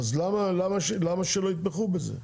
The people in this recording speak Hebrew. למה שלא יתמכו בזה?